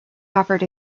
offered